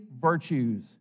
virtues